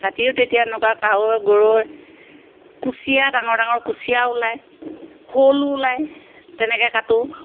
কাটিও তেতিয়া এনেকুৱা কাৱৈ গৰৈ কুচিয়া ডাঙৰ ডাঙৰ কুচিয়া ওলায় শ'ল ওলায় তেনেকে কাটো